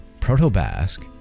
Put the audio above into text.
Proto-Basque